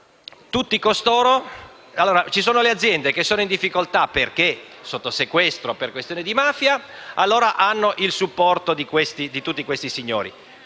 Ne consegue che le aziende che sono in difficoltà perché sotto sequestro per questioni di mafia hanno il supporto di tutti questi signori;